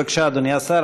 בבקשה, אדוני השר.